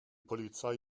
polizei